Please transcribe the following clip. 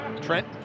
Trent